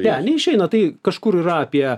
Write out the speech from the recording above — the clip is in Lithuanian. ne išeina tai kažkur yra apie